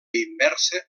inversa